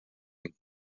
him